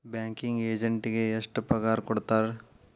Banking ಎಜೆಂಟಿಗೆ ಎಷ್ಟ್ ಪಗಾರ್ ಕೊಡ್ತಾರ್?